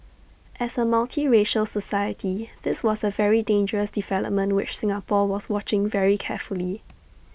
as A multiracial society this was A very dangerous development which Singapore was watching very carefully